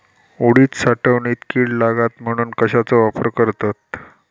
उडीद साठवणीत कीड लागात म्हणून कश्याचो वापर करतत?